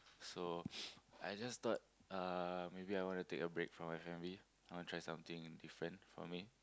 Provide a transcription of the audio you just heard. so I just thought uh maybe I want to take a break from my family I want to try something different for me